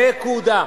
נקודה.